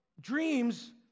Dreams